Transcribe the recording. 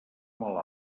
molt